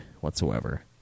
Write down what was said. whatsoever